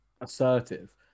assertive